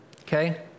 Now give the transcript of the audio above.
Okay